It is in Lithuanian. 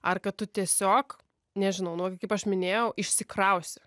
ar kad tu tiesiog nežinau nu vat kaip aš minėjau išsikrausi